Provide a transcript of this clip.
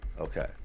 Okay